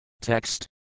Text